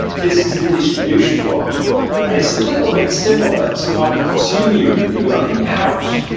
this is the distribution board and it's a little bit similar to like the consume unit that you have in your house.